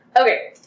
Okay